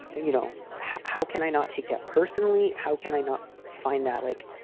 you know, how can i not take that personally? how can i not find that, like,